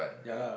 ya lah